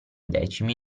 decimi